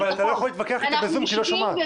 אתה לא יכול להתווכח איתה בזום כי היא לא שומעת.